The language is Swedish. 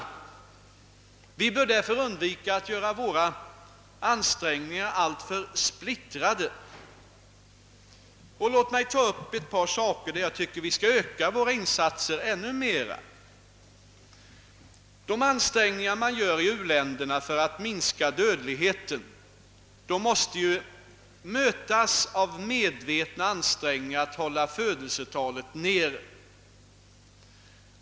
Av denna anledning bör vi undvika att splittra våra ansträngningar alltför mycket. |: Låt mig ta upp ett par områden, där jag anser att vi bör öka våra insatser ännu mera! De ansträngningar som görs för att minska dödligheten i u-länderna måste kompletteras med medvetna ansträngningar att hålla födelsetalet nere.